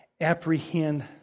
apprehend